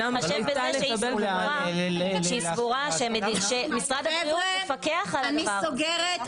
היא סבורה שמשרד הבריאות מפקח על הדבר הזה.